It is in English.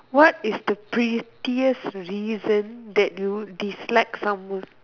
what is the pettiest reason that you dislike someone